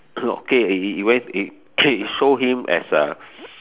no okay it it it went it show him as a